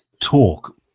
talk